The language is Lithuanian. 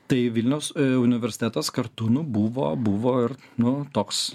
tai vilniaus universitetas kartu nu buvo buvo ir nu toks